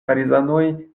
parizanoj